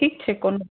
ठीक छै कोनो